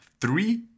three